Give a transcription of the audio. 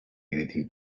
anything